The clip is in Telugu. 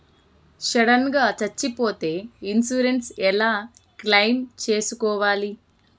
సడన్ గా సచ్చిపోతే ఇన్సూరెన్సు ఎలా క్లెయిమ్ సేసుకోవాలి?